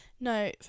no